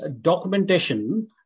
documentation